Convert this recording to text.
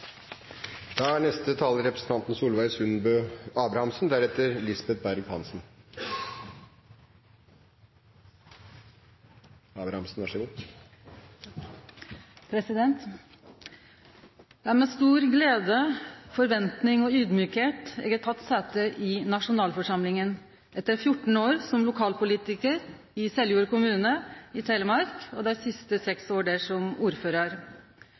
er med stor glede, forventing og audmjukskap eg har teke sete i nasjonalforsamlinga etter 14 år som lokalpolitikar i Seljord kommune i Telemark – dei siste seks åra som ordførar.